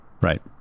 Right